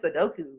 Sudoku